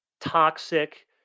toxic